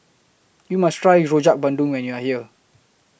YOU must Try Rojak Bandung when YOU Are here